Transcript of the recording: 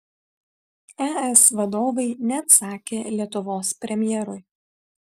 es vadovai neatsakė lietuvos premjerui